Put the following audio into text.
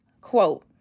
Quote